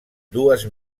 dues